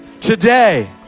today